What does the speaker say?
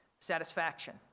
satisfaction